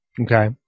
Okay